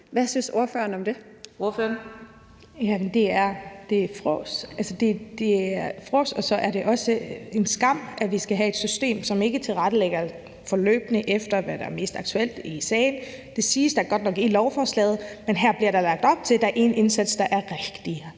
Jakobsen (LA): Det er frås. Det er frås, og så er det også en skam, at vi skal have et system, som ikke tilrettelægger forløbene, efter hvad der er mest aktuelt i sagen. Det siges der godt nok i lovforslaget, men her bliver der lagt op til, at der er en indsats, der er rigtigere